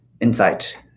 insight